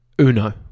Uno